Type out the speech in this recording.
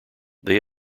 they